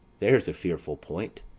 there's a fearful point!